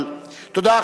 תודה.